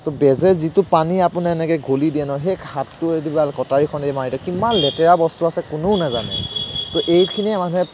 তো বেজে যিটো পানী আপুনি এনেকে গুলি দিয়ে ন সেই হাতুৰীটো বা কটাৰীখনে দি মাৰি দিয়ে কিমান লেতেৰা বস্তু আছে কোনেও নাজানে তো এইখিনিয়ে মানুহে